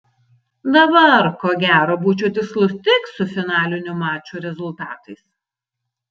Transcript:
dabar ko gero būčiau tikslus tik su finalinių mačų rezultatais